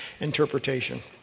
interpretation